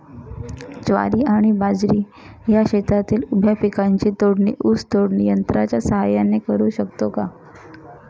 ज्वारी आणि बाजरी या शेतातील उभ्या पिकांची तोडणी ऊस तोडणी यंत्राच्या सहाय्याने करु शकतो का?